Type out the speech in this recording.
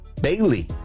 Bailey